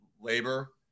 labor